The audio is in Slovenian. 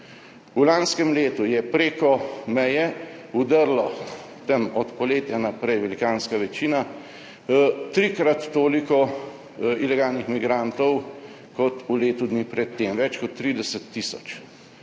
V lanskem letu je preko meje vdrlo – tam od poletja naprej velikanska večina – trikrat toliko ilegalnih migrantov kot v letu dni pred tem, več kot 30 tisoč.